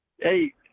Hey